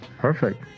Perfect